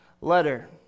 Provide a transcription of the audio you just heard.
letter